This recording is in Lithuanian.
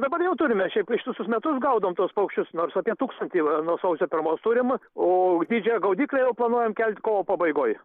dabar jau turime šiaip ištisus metus gaudom tuos paukščius nors apie tūkstantį nuo sausio pirmos turim o didžiąją gaudyklę jau planuojam kelt kovo pabaigoj